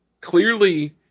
clearly